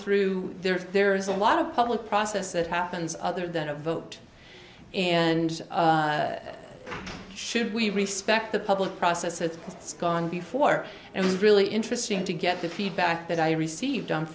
through there there's a lot of public process that happens other than a vote and should we respect the public process that it's gone before and really interesting to get the feedback that i received on